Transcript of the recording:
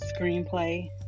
screenplay